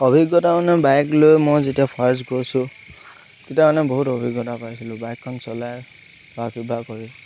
অভিজ্ঞতা মানে বাইক লৈ মই যেতিয়া ফাৰ্ষ্ট গৈছোঁ তেতিয়া মানে বহুত অভিজ্ঞতা পাইছিলোঁ বাইকখন চলাই বা কিবা কৰি